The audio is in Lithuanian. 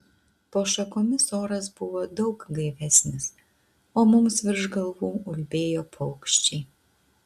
po šakomis oras buvo daug gaivesnis o mums virš galvų ulbėjo paukščiai